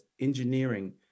engineering